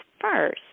first